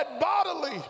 bodily